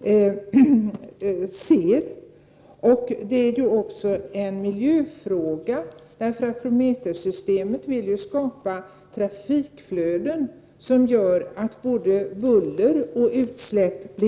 ser själv. Dessutom är det en miljöfråga. Genom programmet Prometheus vill man nämligen skapa trafikflöden som gör att det blir mindre buller och utsläpp.